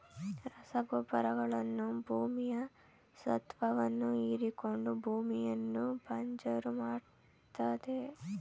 ರಸಗೊಬ್ಬರಗಳು ಭೂಮಿಯ ಸತ್ವವನ್ನು ಹೀರಿಕೊಂಡು ಭೂಮಿಯನ್ನು ಬಂಜರು ಮಾಡತ್ತದೆ